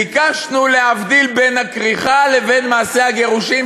ביקשנו להבדיל בין הכריכה לבין מעשה הגירושים,